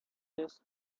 this